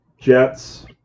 Jets